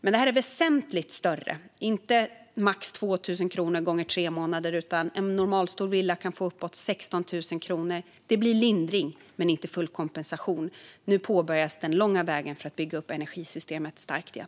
Men det här är väsentligt större än max 2 000 kronor gånger tre månader. En normalstor villa kan få uppåt 16 000 kronor. Det blir en lindring, men inte full kompensation. Nu påbörjas den långa vägen för att bygga upp energisystemet starkt igen.